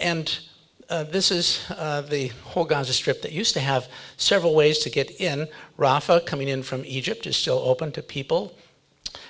and this is the whole gaza strip that used to have several ways to get in rafa coming in from egypt is so open to people